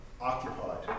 occupied